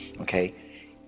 Okay